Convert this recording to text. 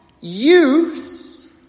use